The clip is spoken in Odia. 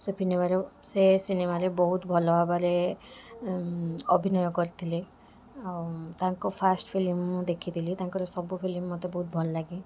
ସେ ଫିନେମାରୁ ସେ ସିନେମାରେ ବହୁତ ଭଲ ଭାବରେ ଅଭିନୟ କରିଥିଲେ ଆଉ ତାଙ୍କ ଫାଷ୍ଟ ଫିଲ୍ମ ମୁଁ ଦେଖିଥିଲି ତାଙ୍କର ସବୁ ଫିଲ୍ମ ମତେ ବହୁତ ଭଲ ଲାଗେ